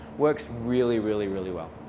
works really, really, really well.